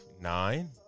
nine